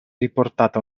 riportata